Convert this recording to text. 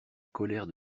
colère